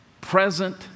present